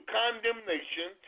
condemnation